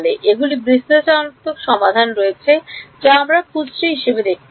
এগুলির বিশ্লেষণাত্মক সমাধান রয়েছে যা আমরা কুশ্রী ভাবে দেখতে পারি